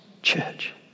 church